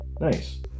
Nice